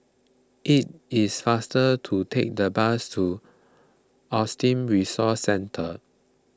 it is faster to take the bus to Autism Resource Centre